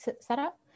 setup